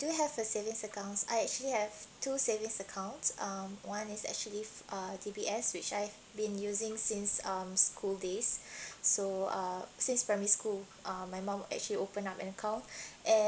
do have a savings account I actually have two savings account um one is actually uh D_B_S which I've been using since um school days so uh since primary school uh my mom actually open up an account and